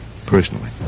personally